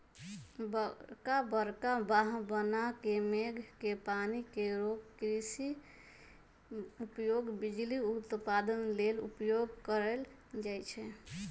बरका बरका बांह बना के मेघ के पानी के रोक कृषि उपयोग, बिजली उत्पादन लेल उपयोग कएल जाइ छइ